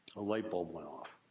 a light bulb went off.